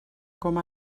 com